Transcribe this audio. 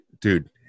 dude